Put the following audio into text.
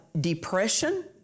depression